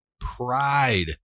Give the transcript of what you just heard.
pride